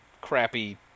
crappy